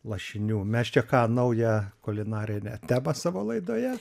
lašinių mes čia ką naują kulinarinę temą savo laidoje